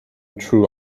true